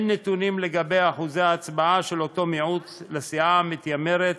אין נתונים לגבי אחוזי ההצבעה של אותו מיעוט לסיעה המתיימרת